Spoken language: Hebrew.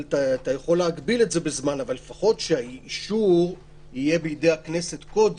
אתה יכול להגביל את זה בזמן אבל לפחות שהאישור יהיה בידי הכנסת קודם,